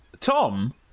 Tom